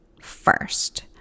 first